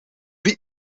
wie